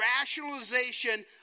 rationalization